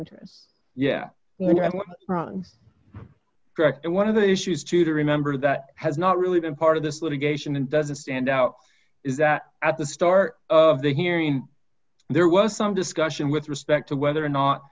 direct one of the issues to to remember that has not really been part of this litigation and doesn't stand out is that at the start of the hearing there was some discussion with respect to whether or not